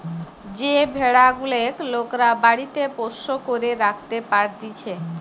যে ভেড়া গুলেক লোকরা বাড়িতে পোষ্য করে রাখতে পারতিছে